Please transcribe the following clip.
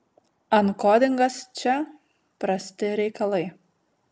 ankodingas čia prasti reikalai